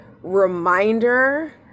reminder